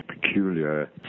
peculiar